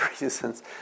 reasons